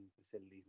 facilities